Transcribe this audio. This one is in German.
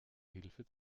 hilfe